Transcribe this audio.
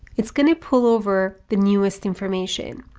it's going to pull over the newest information.